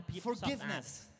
Forgiveness